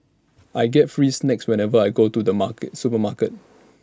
I get free snacks whenever I go to the market supermarket